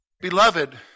Beloved